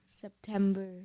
September